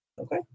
okay